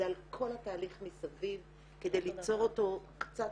זה על כל התהליך מסביב כדי ליצור אותו קצת